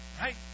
Right